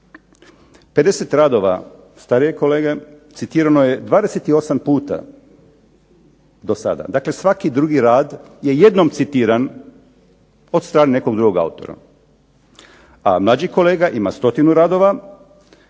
50 radova starijeg kolege citirano je 28 puta do sada, dakle svaki drugi rad je jednom citiran od strane nekog drugog autora. A mlađi kolega ima 100 radova